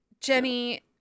Jenny